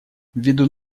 ввиду